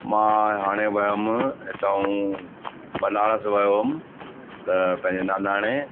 मां हाणे वियुमि हितां बनारस वियो हुअमि त पंहिंजे नानाणे